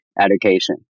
education